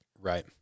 Right